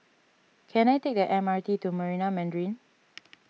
can I take the M R T to Marina Mandarin